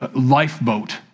lifeboat